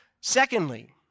Secondly